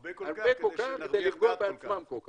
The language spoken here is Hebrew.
הרבה כל כך כדי לפגוע בעצמם כל כך.